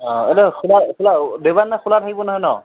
আ এইটো খোলা খোলা দেওবাৰ দিনা খোলা থাকিব নহয় ন'